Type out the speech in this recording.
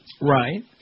Right